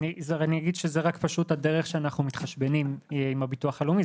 אני אגיד שזה רק פשוט הדרך שאנחנו מתחשבים עם הביטוח הלאומי.